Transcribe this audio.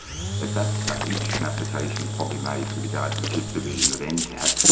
at that stage an application is probably made to the guardianship division of and ncat,